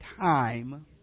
time